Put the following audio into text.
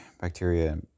bacteria